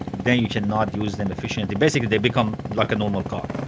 then you cannot use them efficiently. basically they become like a normal car.